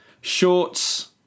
shorts